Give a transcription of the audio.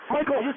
Michael